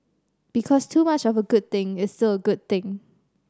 because too much of a good thing is still a good thing